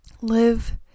live